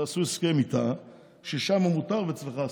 ועשו הסכם אתה ששם מותר ואצלך אסור.